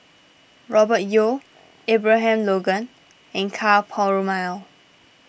Robert Yeo Abraham Logan and Ka Perumal